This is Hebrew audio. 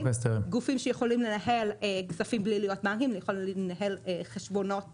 גופים שיכולים לנהל כספים בלי להיות מאגדים יכולים לנהל חשבונות תשלום,